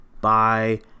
bye